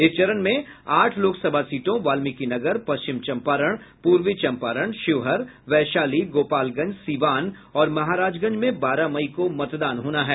इस चरण में आठ लोकसभा सीटों वाल्मिकीनगर पश्चिम चंपारण पूर्वी चंपारण शिवहर वैशाली गोपालगंज सीवान और महाराजगंज में बारह मई को मतदान होना है